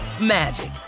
magic